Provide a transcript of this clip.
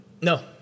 No